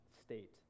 state